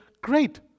great